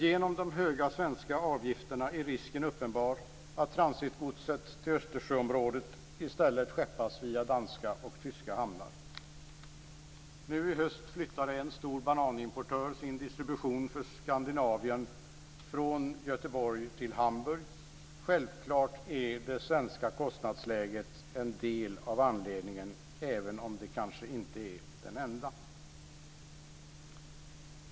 Genom de höga svenska avgifterna är risken uppenbar att transitgodset till Östersjöområdet i stället skeppas via danska och tyska hamnar. Nu i höst flyttade en stor bananimportör sin distribution för Skandinavien från Göteborg till Hamburg. Självfallet är det svenska kostnadsläget en del av anledningen, även om det kanske inte är den enda.